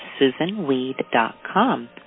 susanweed.com